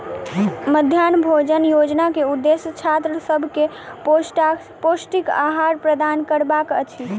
मध्याह्न भोजन योजना के उदेश्य छात्र सभ के पौष्टिक आहार प्रदान करबाक अछि